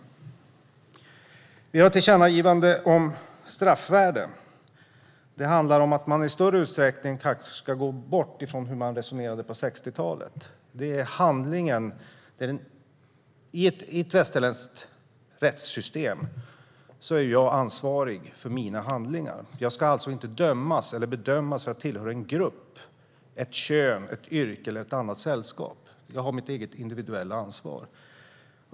Vi har vidare ett tillkännagivande om straffvärden. Man ska kanske i större utsträckning gå bort från hur man resonerade på 60-talet. I ett västerländskt rättssystem är jag ansvarig för mina handlingar. Jag ska alltså inte dömas eller bedömas för att jag tillhör en grupp, ett kön, ett yrke eller ett annat sällskap. Jag har ett eget individuellt ansvar.